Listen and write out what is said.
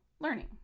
learning